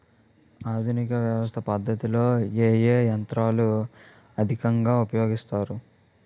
ఆధునిక వ్యవసయ పద్ధతిలో ఏ ఏ యంత్రాలు అధికంగా ఉపయోగిస్తారు?